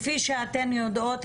כפי שאתן יודעות,